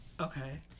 Okay